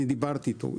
דיברתי איתו.